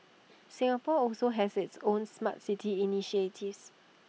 Singapore also has its own Smart City initiatives